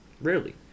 Rarely